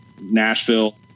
Nashville